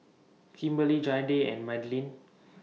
Kimberlie Jayde and Madilynn